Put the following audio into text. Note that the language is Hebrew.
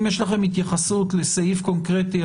אם יש לכם התייחסות לסעיף קונקרטי,